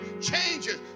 Changes